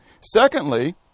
Secondly